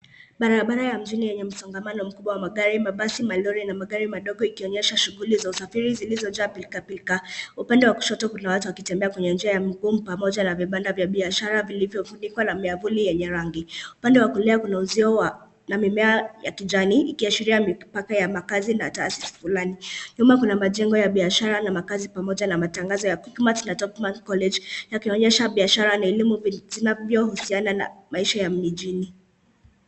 Barabara ya mjini yenye msongamano mkubwa wa magari mabasi, malori na madogo, ikionyesha shughuli za usaafiri zilizo jaa pilkapilka. Upande wa kushoto kuna watu wakitembea kwa njia ya mguu pamoja na vibanda vya biashara vilivyofunikwa na miavuli yenye rangi. Upande wa kulia kuna uzio wa mimwea ya kijani ikiashiria mipaka ya mazishi na taasisi fulani. Nyuma kuna majengo ya biashara na makazi pamoja na matangazo ya Quik Mat na Topmark College yakionyesha bishara na elemu zinavyohusiana na maisha ya mjini.